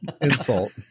insult